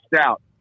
stout